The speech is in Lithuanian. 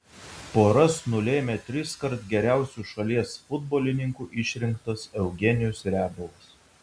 poras nulėmė triskart geriausiu šalies futbolininku išrinktas eugenijus riabovas